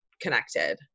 connected